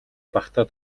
багатай